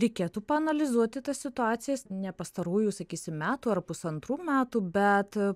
reikėtų paanalizuoti tas situacijas ne pastarųjų sakysim metų ar pusantrų metų bet